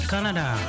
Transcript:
Canada